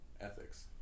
ethics